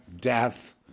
death